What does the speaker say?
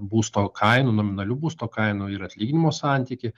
būsto kainų nominalių būsto kainų ir atlyginimo santykį